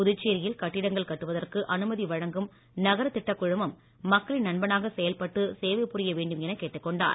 புதுச்சேரியில் கட்டிடங்கள் கட்டுவதற்கு அனுமதி வழங்கும் நகர திட்டக் குழுமம் மக்களின் நண்பனாக செயல்பட்டு சேவை புரிய வேண்டும் என கேட்டுக்கொண்டார்